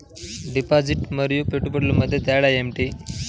Deposit మరియు పెట్టుబడి మధ్య తేడా ఏమిటి?